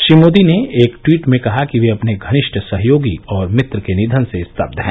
श्री मोदी ने एक ट्वीट में कहा कि वे अपने घनिष्ठ सहयोगी और मित्र के निधन से स्तब्व हैं